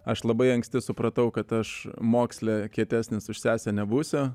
aš labai anksti supratau kad aš moksle kietesnis už sesę nebūsiu